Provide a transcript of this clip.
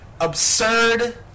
Absurd